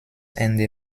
ende